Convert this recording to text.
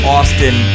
Austin